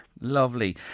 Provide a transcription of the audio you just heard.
Lovely